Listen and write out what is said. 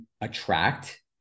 attract